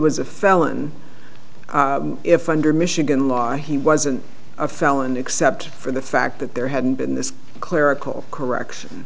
was a felon if under michigan law he wasn't a felon except for the fact that there hadn't been this clerical correction